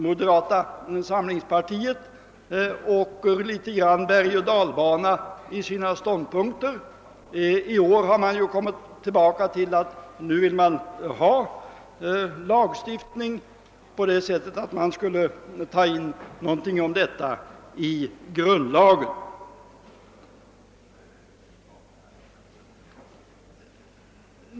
Moderata samlingspartiet åker väl litet grand bergoch dalbana i fråga om ståndpunkterna; i år vill man ha lagstiftning och ta in bestämmelser i grundlagen.